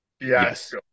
Yes